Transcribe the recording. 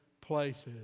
places